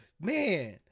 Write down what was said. man